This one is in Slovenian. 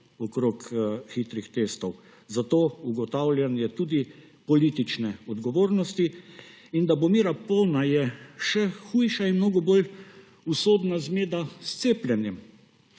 okoli hitrih testov. Zato ugotavljanje tudi politične odgovornosti. In da bo mera polna, je še hujša in mnogo bolj usodna zmeda s cepljenjem.